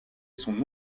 son